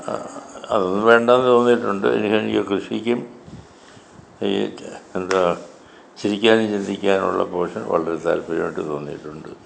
അതൊന്നും വേണ്ടാന്ന് തോന്നിയിട്ടുണ്ട് എനിക്കാണെങ്കിൽ കൃഷിക്കും എന്താ ചിരിക്കാനും ചിന്തിക്കാനുവുള്ള പോർഷൻ വളരെ താല്പര്യമായിട്ട് തോന്നിയിട്ടുണ്ട്